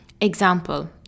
example